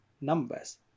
numbers